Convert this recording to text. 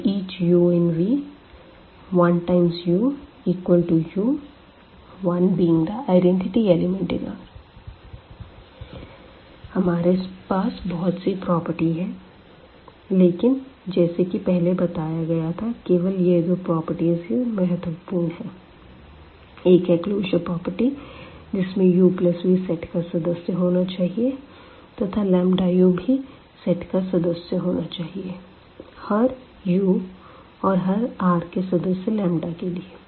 For each u∈V1uu1 being the identity element in R हमारे पास बहुत सी प्रॉपर्टीज है लेकिन जैसे कि पहले बताया गया था केवल यह दो प्रॉपर्टीज ही महत्वपूर्ण है एक है क्लोजर प्रॉपर्टी जिसमें uv सेट का सदस्य होना चाहिए तथा u भी सेट का सदस्य होना चाहिए हर u और हर Rके सदस्य के लिए